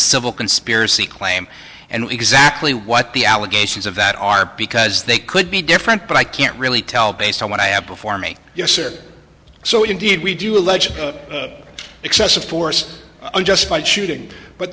civil conspiracy claim and exactly what the allegations of that are because they could be different but i can't really tell based on what i have before me yes or so indeed we do allege excessive force unjustified shooting but